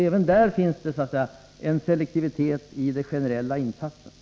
Även de generella insatserna innebär alltså en viss styrning.